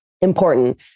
important